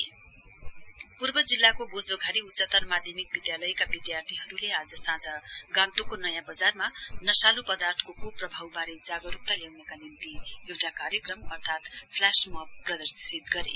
flesh mob on drugs abuse पूर्व जिल्लाको बोझोघारी उच्चतर माध्यमिक विद्यालयका विद्यार्थीहरूले आज साँझ गान्तोकको नयाँ बजारमा नशाल् पदार्थको कुप्रभावबारे जागरूकता ल्याउनका निम्ति ह एउटा कार्यक्रम अथार्त फ्लेस मोब प्रदर्शित गरे